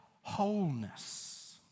wholeness